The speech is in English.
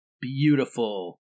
beautiful